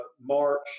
March